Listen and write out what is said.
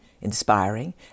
inspiring